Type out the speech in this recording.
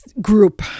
group